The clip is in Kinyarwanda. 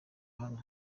hano